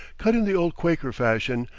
cut in the old quaker fashion,